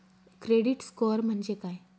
Credit score म्हणजे काय?